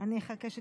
אני אחכה שתתפנה.